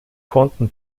konnten